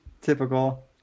Typical